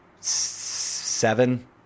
seven